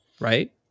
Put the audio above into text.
right